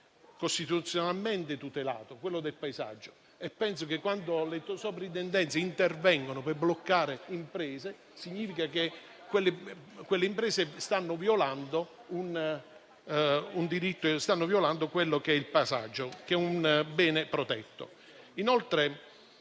costituzionalmente tutelato, quello del paesaggio. Se le sovraintendenze intervengono per bloccare delle imprese, significa che quelle imprese stanno violando il paesaggio, che è un bene protetto.